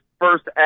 first